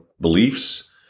beliefs